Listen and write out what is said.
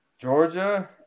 Georgia